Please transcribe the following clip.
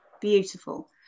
beautiful